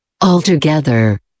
Altogether